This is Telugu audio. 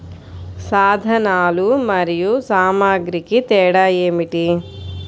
సాధనాలు మరియు సామాగ్రికి తేడా ఏమిటి?